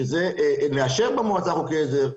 שזה נאשר במועצה חוקי עזר,